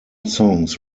songs